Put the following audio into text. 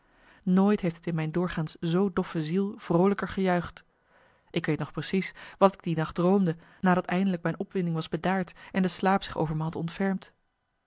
nooit heeft t in mijn doorgaans zoo doffe ziel vroolijker gejuicht ik weet nog precies wat ik die nacht droomde nadat eindelijk mijn opwinding was bedaard en de slaap zich